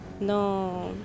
No